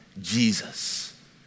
Jesus